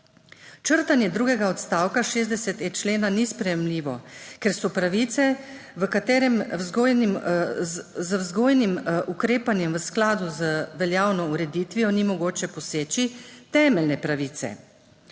Črtanje drugega odstavka 60.e člena ni sprejemljivo, ker so pravice, v katere z vzgojnim ukrepanjem v skladu z veljavno ureditvijo ni mogoče poseči, temeljne pravice.